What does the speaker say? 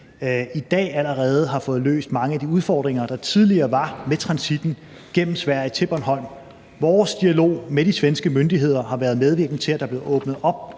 i dag allerede har fået løst mange af de udfordringer, der tidligere var med transitten gennem Sverige til Bornholm. Vores dialog med de svenske myndigheder har været medvirkende til, at der blev åbnet op